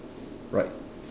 right